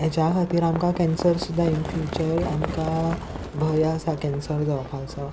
हेज्या खातीर आमकां कॅन्सर सुद्दां इन फ्युचर आमकां भंय आसा कॅन्सर जावपाचो